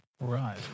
Right